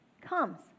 comes